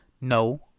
No